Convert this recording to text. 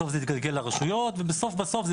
בסוף זה יתגלגל לרשויות ובסוף בסוף זה